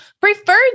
Preferred